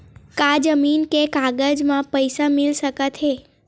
का जमीन के कागज म पईसा मिल सकत हे?